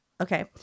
Okay